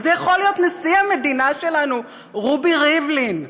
וזה יכול להיות נשיא המדינה שלנו, רובי ריבלין,